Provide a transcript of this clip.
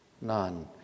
None